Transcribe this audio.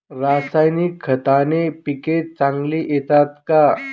रासायनिक खताने पिके चांगली येतात का?